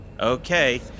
Okay